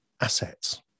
Assets